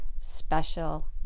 special